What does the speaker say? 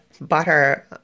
butter